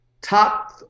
top